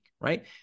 right